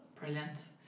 brilliant